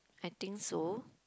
I think so